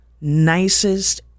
nicest